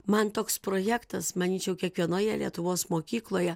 man toks projektas manyčiau kiekvienoje lietuvos mokykloje